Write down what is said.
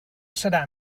serà